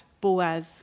Boaz